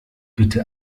bitte